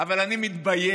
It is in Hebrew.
אבל אני מתבייש